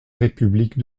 république